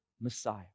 Messiah